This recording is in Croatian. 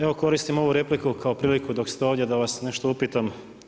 Evo koristim ovu repliku kao priliku dok ste ovdje da vas nešto upitam.